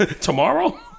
tomorrow